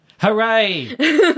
Hooray